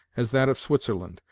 as that of switzerland,